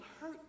hurt